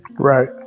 Right